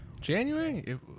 january